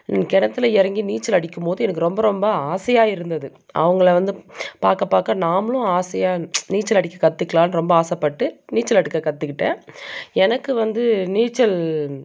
கிணத்தில் இறங்கி நீச்சல் அடிக்கும் போது எனக்கு ரொம்ப ரொம்ப ஆசையாக இருந்தது அவங்களை வந்து பார்க்க பார்க்க நாமளும் ஆசையாக நீச்சல் அடிக்க கற்றுக்களான்னு ரொம்ப ஆசை பட்டு நீச்சல் அடிக்க கற்றுக்கிட்டேன் எனக்கு வந்து நீச்சல்